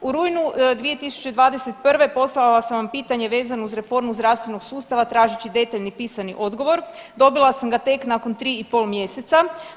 U rujnu 2021. poslala sam vam pitanje vezano uz reformu zdravstvenog sustava tražeći detaljni pisani odgovor dobila sam ga tek nakon tri i pol mjeseca.